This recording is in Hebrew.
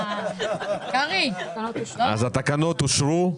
אז התקנות אושרו,